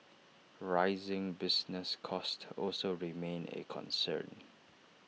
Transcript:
rising business costs also remain A concern